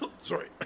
Sorry